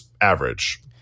average